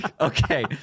okay